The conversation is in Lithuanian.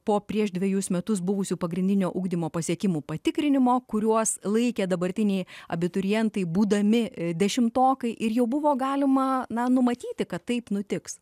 po prieš dvejus metus buvusių pagrindinio ugdymo pasiekimų patikrinimo kuriuos laikė dabartiniai abiturientai būdami dešimtokai ir jau buvo galima na numatyti kad taip nutiks